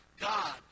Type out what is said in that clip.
God